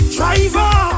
Driver